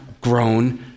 grown